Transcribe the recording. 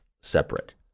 separate